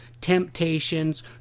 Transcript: temptations